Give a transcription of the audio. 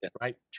Right